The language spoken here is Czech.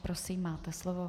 Prosím, máte slovo.